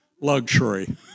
luxury